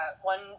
one